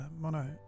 mono